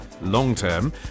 long-term